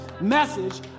message